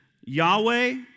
Yahweh